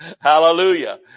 Hallelujah